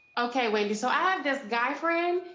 okay wendy, so i have this guy friend,